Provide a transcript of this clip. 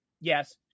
yes